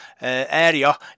area